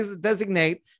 designate